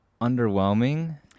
underwhelming